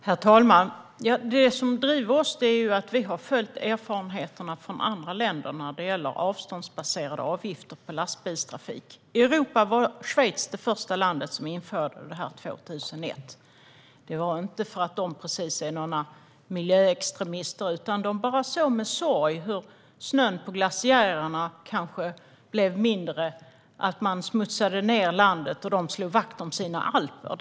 Herr talman! Det som driver oss är att vi har följt erfarenheterna från andra länder när det gäller avståndsbaserade avgifter för lastbilstrafik. I Europa var Schweiz det första land som införde detta, 2001. Det gjordes inte för att de är miljöextremister. De såg med sorg hur det kanske blev mindre snö på glaciärerna. Man smutsade ned landet. De slog vakt om sina alper.